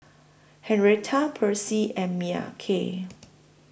Henrietta Percy and Mykel